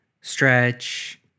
stretch